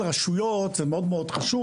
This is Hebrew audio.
רשויות זה מאוד חשוב.